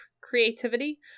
creativity